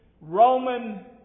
Roman